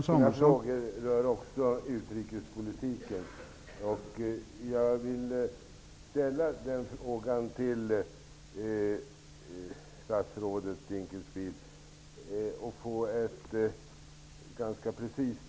Herr talman! Mina frågor rör också utrikespolitiken. Jag vill ställa dem till statsrådet Ulf Dinkelspiel och få ett ganska precist svar.